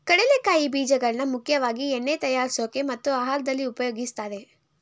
ಕಡಲೆಕಾಯಿ ಬೀಜಗಳನ್ನಾ ಮುಖ್ಯವಾಗಿ ಎಣ್ಣೆ ತಯಾರ್ಸೋಕೆ ಮತ್ತು ಆಹಾರ್ದಲ್ಲಿ ಉಪಯೋಗಿಸ್ತಾರೆ